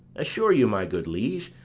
assure you, my good liege,